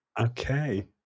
Okay